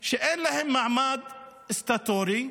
שאין להם מעמד סטטוטורי,